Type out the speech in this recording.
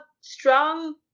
strong